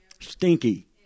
Stinky